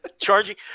Charging